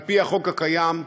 על-פי החוק הקיים.